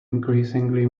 increasingly